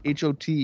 HOT